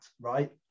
right